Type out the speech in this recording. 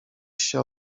się